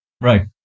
Right